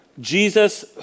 Jesus